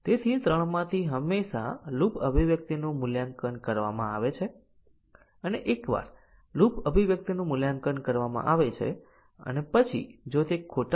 અને short circuit મૂલ્યાંકન compiler ને b 50 નું મૂલ્યાંકન કરવાની જરૂર નથી એકવાર તે જાણે છે કે a 30 ખોટું છે